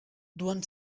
duen